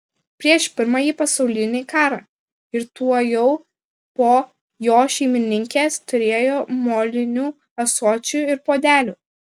prieš pirmąjį pasaulinį karą ir tuojau po jo šeimininkės turėjo molinių ąsočių ir puodelių